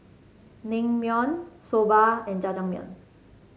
Naengmyeon Soba and Jajangmyeon